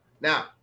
Now